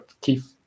Keith